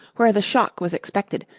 where the shock was expected,